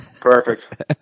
Perfect